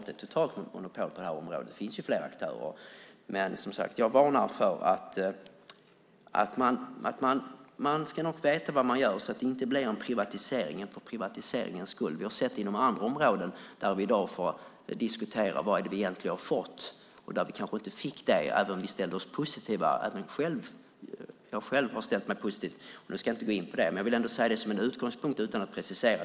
Det finns flera aktörer. Men jag varnar som sagt för det här. Man ska veta vad man gör så att det inte blir en privatisering för privatiseringens skull. Vi har sett det på andra områden, där vi i dag får diskutera vad det egentligen är vi har fått. Vi kanske inte fick det vi ville, även om vi ställde oss positiva. Jag har ju själv ställt mig positiv. Jag ska inte gå in på det, men jag vill ändå säga det som en utgångspunkt utan att precisera.